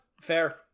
fair